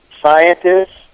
scientists